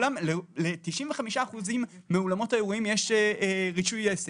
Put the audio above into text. ל-95% מאולמות האירועים יש רישוי עסק.